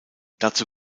dazu